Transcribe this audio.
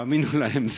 תאמינו להם,